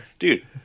Dude